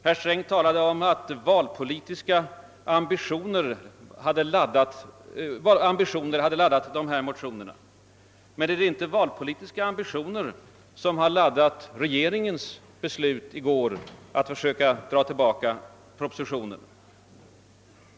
Herr Sträng talade om att valpolitiska ambitioner hade laddat motionerna. Men var det inte valpolitiska ambitioner som laddade regeringens beslut i går att försöka dra tillbaka propositionen?